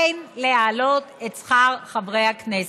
אין להעלות את שכר חברי הכנסת.